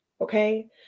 Okay